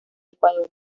ecuador